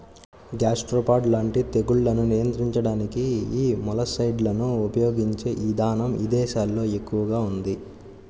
gastropod లాంటి తెగుళ్లను నియంత్రించడానికి యీ మొలస్సైడ్లను ఉపయిగించే ఇదానం ఇదేశాల్లో ఎక్కువగా ఉంది